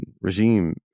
regime